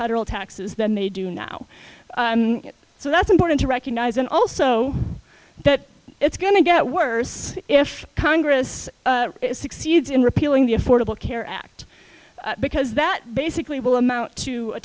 federal taxes than they do now so that's important to recognize and also that it's going to get worse if congress succeeds in repealing the affordable care act because that basically will amount to a